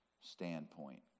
standpoint